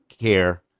care